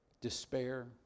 despair